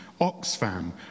Oxfam